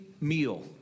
meal